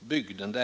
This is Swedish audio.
bygden.